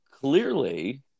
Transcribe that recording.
clearly